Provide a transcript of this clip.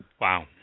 Wow